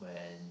when